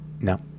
No